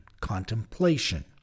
contemplation